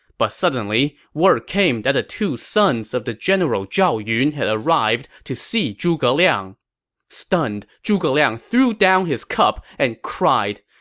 but suddenly, word came that the two sons of the general zhao yun had arrived to see zhuge liang stunned, zhuge liang threw down his cup and cried,